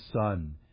Son